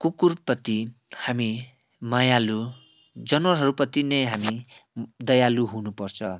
कुकुरप्रति हामी मायालु जनावरहरूप्रति नै हामी दयालु हुनुपर्छ